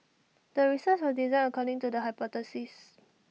the research was designed according to the hypothesis